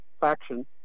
faction